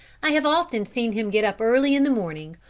i have often seen him get up early in the morning,